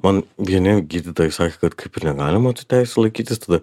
man vieni gydytojai sakė kad kaip ir negalima tų teisių laikytis tada